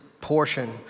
portion